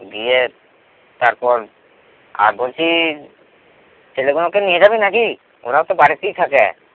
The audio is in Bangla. দিয়ে তারপর আর বলছি ছেলেগুলোকে নিয়ে যাবি না কি ওরাও তো বাড়িতেই থাকে